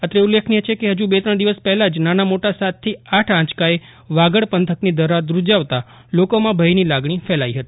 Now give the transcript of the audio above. અત્રે ઉલ્લેખનીય છે કે ફજુ બે ત્રણ દિવસ પહેલાં જ નાના મોટા સાતથી આઠ આંચકાએ વાગડ પંથકની ધરા ધુજાવતાં લોકોમાં ભયની લાગણી ફેલાવી હતી